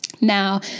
Now